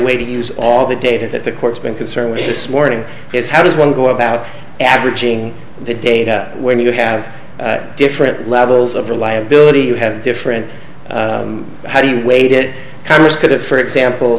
way to use all the data that the court's been concern me morning is how does one go about averaging the data when you have different levels of reliability you have different how do you wait it congress could have for example